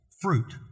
fruit